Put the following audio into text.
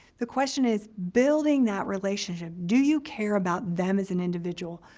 the question is building that relationship. do you care about them as an individual?